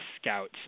scouts